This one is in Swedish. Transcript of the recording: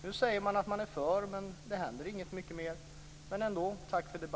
Nu säger man att man är för, men det händer inte mycket mera.